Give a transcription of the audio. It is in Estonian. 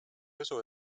usu